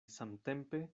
samtempe